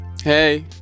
Hey